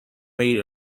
made